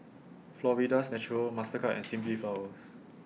Florida's Natural Mastercard and Simply Flowers